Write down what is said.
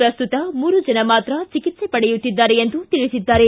ಪ್ರಸ್ತುತ ಮೂರು ಜನ ಮಾತ್ರ ಚಿಕಿತ್ಸೆ ಪಡೆಯುತ್ತಿದ್ದಾರೆ ಎಂದು ತಿಳಿಸಿದ್ದಾರೆ